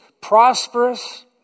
prosperous